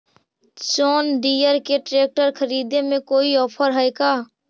जोन Deere के tractor खरिदे में कोई औफर है का?